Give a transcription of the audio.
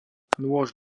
nôž